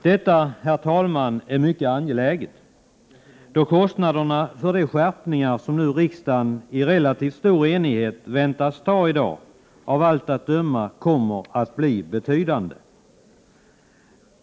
Detta, herr talman, är mycket angeläget, då kostnaderna för de skärpningar som nu riksdagen i relativt stor enighet väntas anta av allt att döma kommer att bli betydande. Herr talman!